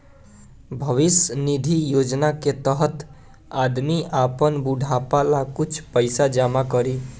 भविष्य निधि योजना के तहत आदमी आपन बुढ़ापा ला कुछ पइसा जमा करी